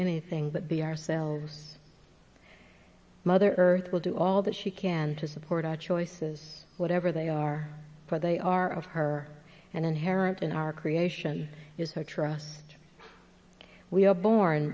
anything but be ourselves mother earth will do all that she can to support our choices whatever they are for they are of her and inherent in our creation is her trust we are born